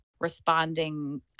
responding